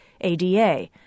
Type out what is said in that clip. ADA